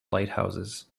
lighthouses